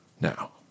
now